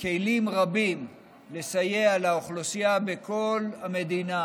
כלים רבים לסייע לאוכלוסייה בכל המדינה,